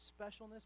specialness